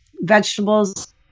vegetables